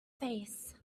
face